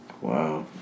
wow